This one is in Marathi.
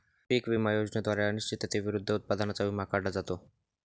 पीक विमा योजनेद्वारे अनिश्चिततेविरुद्ध उत्पादनाचा विमा काढला जातो